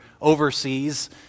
overseas